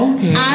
Okay